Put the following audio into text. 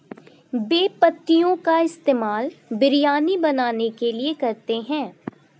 बे पत्तियों का इस्तेमाल बिरयानी बनाने के लिए करते हैं